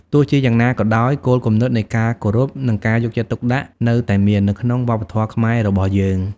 ទោះជាយ៉ាងណាក៏ដោយ គោលគំនិតនៃការគោរព និងការយកចិត្តទុកដាក់នៅតែមាន នៅក្នុងវប្បធម៌ខ្មែររបស់យើង។